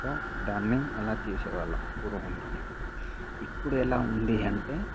so దాన్ని అలాచేసేవాళ్లం పూర్వంలో ఇప్పుడు ఎలా ఉంది అంటే